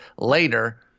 later